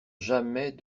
jamais